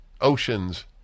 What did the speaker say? oceans